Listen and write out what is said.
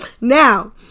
Now